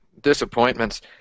disappointments